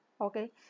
okay